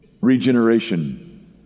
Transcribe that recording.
regeneration